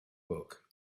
book